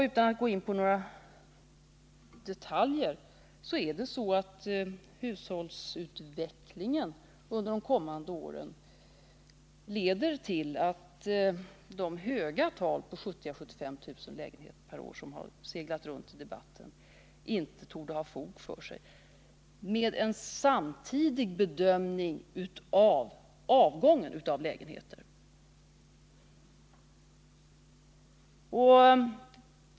Utan att gå in på några detaljer kan jag nämna att hushållsutvecklingen under de kommande åren leder till att de höga tal på 70 000 å 75 000 lägenheter per år som seglat runt i debatten inte torde ha fog för sig vid en samtidig bedömning av avgången av lägenheter.